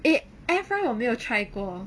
eh air fry 我没有 try 过